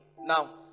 now